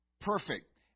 perfect